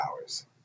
hours